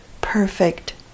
perfect